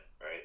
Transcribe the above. right